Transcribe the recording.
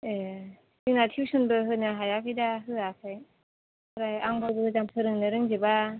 ए जोंना थिउसनबो होनो हायाखै दा होयाखै ओमफ्राय आंबो मोजां फोरोंनो रोंजोबा